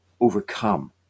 overcome